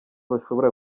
bashobora